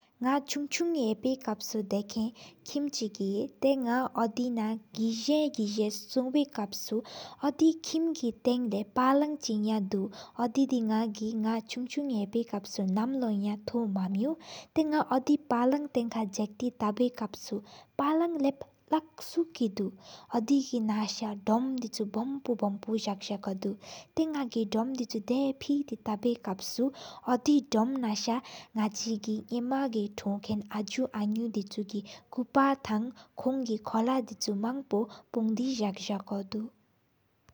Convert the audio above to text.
ངག་ཆུང་ཆུང་ཡེ་པོ་གག་སུ། དེ་ཁེན་ཀིམ་ཅིག་ཡེ་ཐེ་ངག་ཨོ་དེ་ནང་། དེ་སོ་པའི་གག་སོ། ཨོ་དེ་ཁིམ་གི་ཐང་ལེ་པ་གང་ཅིག་ཡང་དུ། ཨོ་དེ་དི་ངག་ཆུང་ཆུང་ཡེ་པོ་གག་སུ། ནམ་ལོ་ཡང་ཐོག་མ་མེཡོ། ཏེ་ངག་ཨོ་དེ་པ་གང་ཐང་ཁ་འག་ཁོང་། གག་བསུ་པ་གང་ལབ་ནག་སུག་གྱི་དུ། ཨོ་དེ་གི་ནང་ས་དོམ་དི་ཆུ་བོ་མོ་པོ་བོ་མོ་པོ། ཟག་ཟག་ཁོ་དུ་ཏེ་ཡང་གི། གོ་མ་དི་ཆུ་ན་དེ་ས་ཏེ་ཏ་ཡེ་ཐེ་་གག་སུ། ཨོ་དེ་དོམ་ནང་ས་གོ་ངག་ཆུང་ལི་ཡ་རངའི་ལེ། ཐོམ་ཁེན་ཨ་ཇུ་ཨ་ནུ་ཆུ་གི་མཁོན་ཁང་གི་ཁོན། གི་ཁོལ་དི་ཆུ་མང་པོ་པུང་དེ། ཟག་ཟག་ཁོ་དུ།